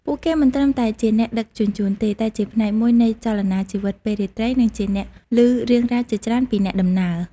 ពួកគេមិនត្រឹមតែជាអ្នកដឹកជញ្ជូនទេ តែជាផ្នែកមួយនៃចលនាជីវិតពេលរាត្រី និងជាអ្នកឮរឿងរ៉ាវជាច្រើនពីអ្នកដំណើរ។